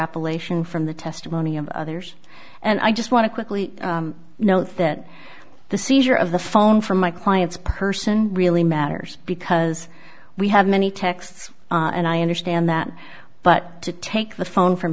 extrapolation from the testimony of others and i just want to quickly note that the seizure of the phone from my client's person really matters because we have many texts and i understand that but to take the phone from